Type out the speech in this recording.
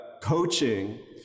coaching